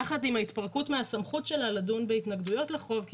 יחד עם ההתפרקות מהסמכות שלה לדון בהתנגדויות לחוב כי